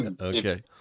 Okay